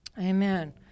Amen